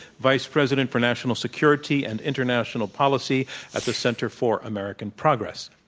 vice president for national security and international policy at the center for american progress.